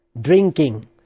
drinking